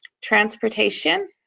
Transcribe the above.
Transportation